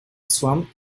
swam